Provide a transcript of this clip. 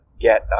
get